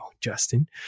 Justin